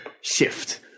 shift